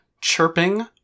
chirping